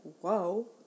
whoa